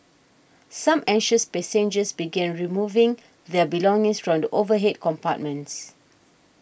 some anxious passengers began removing their belongings strong the overhead compartments